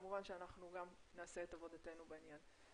כמובן שאנחנו גם נעשה את עבודתנו בעניין.